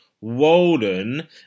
Walden